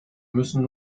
müssen